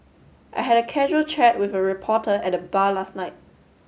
I had a casual chat with a reporter at the bar last night